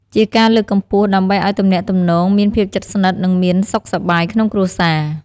ជាការលើកកម្ពស់ដើម្បីឲ្យទំនាក់ទំនងមានភាពជិតស្និតនិងមានសុខសប្បាយក្នុងគ្រួសារ។